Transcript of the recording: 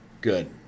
Good